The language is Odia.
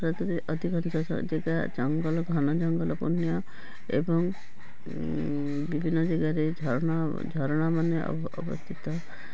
ରାତିରେ ଅଧିକାଂଶ ଯାଗା ଜଙ୍ଗଲ ଘନ ଜଙ୍ଗଲ ପୂର୍ଣ୍ଣ ଏବଂ ବିଭିନ୍ନ ଜାଗାରେ ଝରଣା ଝରଣାମାନେ ଅବ ଅବସ୍ଥିତ